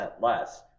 less